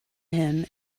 him